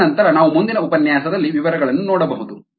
ತದನಂತರ ನಾವು ಮುಂದಿನ ಉಪನ್ಯಾಸದಲ್ಲಿ ವಿವರಗಳನ್ನು ನೋಡಬಹುದು